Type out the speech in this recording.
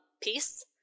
peace